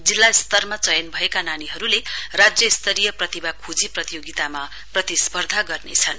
जिल्ला स्तरमा चयन भएका नानीहरुले राज्य स्तरीय प्रतिमा खोजी प्रयोगितामा प्रतिस्पर्धा गर्नेछन्